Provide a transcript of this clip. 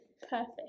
perfect